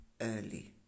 early